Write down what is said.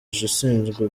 ushinzwe